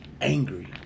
Angry